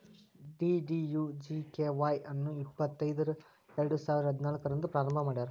DDUGKY Y ಅನ್ನು ಇಪ್ಪತೈದರ ಎರಡುಸಾವಿರ ಹದಿನಾಲ್ಕು ರಂದ್ ಪ್ರಾರಂಭ ಮಾಡ್ಯಾರ್